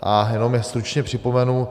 A jenom je stručně připomenu.